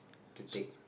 to take